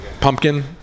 Pumpkin